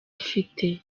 ufite